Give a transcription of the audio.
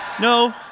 No